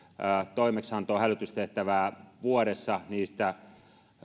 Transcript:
toimeksiantoa hälytystehtävää vuodessa niistä